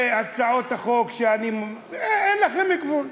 והצעות החוק שאני, אין לכם גבול.